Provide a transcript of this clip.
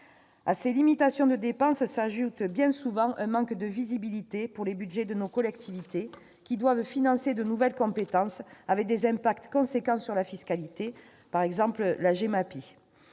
À ces limitations de dépenses s'ajoute bien souvent un manque de visibilité pour les budgets de nos collectivités, qui doivent financer de nouvelles compétences avec des effets considérables sur la fiscalité- je pense, par